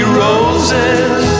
roses